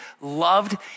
loved